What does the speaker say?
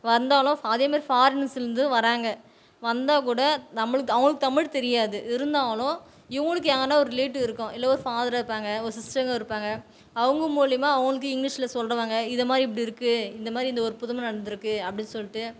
வந்தாலும் ஃபா அதேமாதிரி ஃபாரின்சில் இருந்து வராங்க வந்தால் கூட நம்மளுக்கு அவங்களுக்குத் தமிழ் தெரியாது இருந்தாலும் இவங்களுக்கு யாருனால் ஒரு ரிலேட்டிவ் இருக்கும் இல்லை ஒரு ஃபாதரோ இருப்பாங்க ஒரு சிஸ்டருங்க இருப்பாங்க அவங்க மூலிமா அவங்களுக்கு இங்கிலீஷில் சொல்கிறாங்க இதை மாதிரி இப்படி இருக்குது இந்தமாதிரி இந்த ஒரு புதுமை நடந்துருக்குது அப்படி சொல்லிட்டு